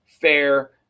fair